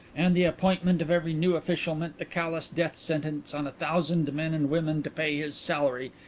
and the appointment of every new official meant the callous death sentence on a thousand men and women to pay his salary,